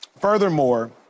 Furthermore